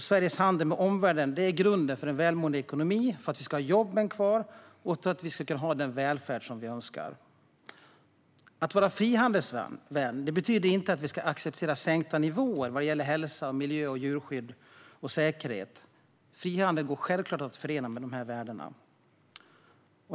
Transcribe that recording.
Sveriges handel med omvärlden är grunden för en välmående ekonomi, för att vi ska ha jobben kvar och för att vi ska kunna ha den välfärd som vi önskar. Att vara frihandelsvän betyder inte att vi ska acceptera sänkta nivåer vad gäller hälsa, miljö, djurskydd och säkerhet. Frihandel går självklart att förena med dessa värden.